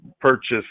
purchase